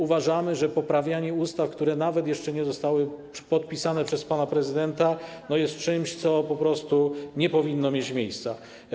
Uważamy, że poprawianie ustaw, które nawet jeszcze nie zostały podpisane przez pana prezydenta, jest czymś, co po prostu nie powinno mieć miejsca.